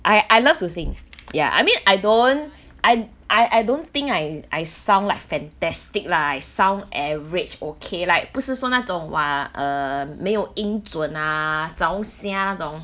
I I love to sing ya I mean I don't I I I don't think I I sound like fantastic lah I sound average okay like 不是说那种 !wah! err 没有音准 ah zao xia 那种